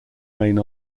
main